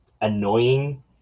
annoying